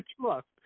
trust